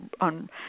on